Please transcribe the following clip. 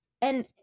and-